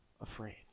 afraid